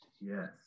yes